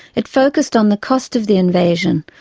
it focused on the cost of the invasion,